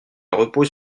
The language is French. repose